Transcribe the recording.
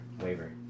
Waiver